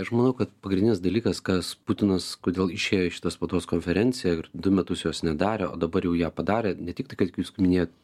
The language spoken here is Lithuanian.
aš manau kad pagrindinis dalykas kas putinas kodėl išėjo į šitą spaudos konferenciją ir du metus jos nedarė o dabar jau ją padarė ne tik tai kad kaip jūs minėjot